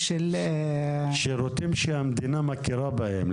שירותים שהמדינה מכירה בהם,